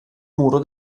muro